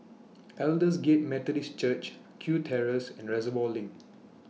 Aldersgate Methodist Church Kew Terrace and Reservoir LINK